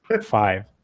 Five